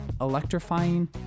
electrifying